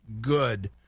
good